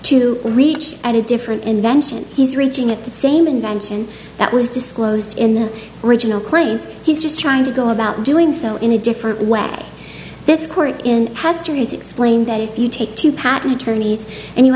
to reach at a different invention he's reaching at the same invention that was disclosed in the original claims he's just trying to go about doing so in a different way this court in has to do is explain that if you take two patent attorneys and you